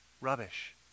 rubbish